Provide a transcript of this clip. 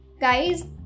guys